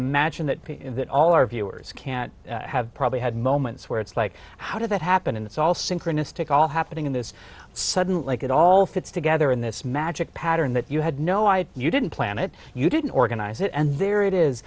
imagine that that all our viewers can have probably had moments where it's like how did that happen and it's all synchronistic all happening in this sudden like it all fits together in this magic pattern that you had no idea you didn't plan it you didn't organize it and there it is